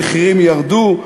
המחירים ירדו.